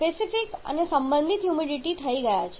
specific અને સંબંધિત humidity થઇ ગયા છે